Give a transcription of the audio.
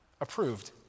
Approved